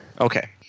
Okay